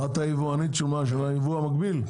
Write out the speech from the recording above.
את היבואנית של הייבוא המקביל?